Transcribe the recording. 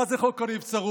מה זה חוק הנבצרות?